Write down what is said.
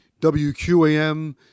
WQAM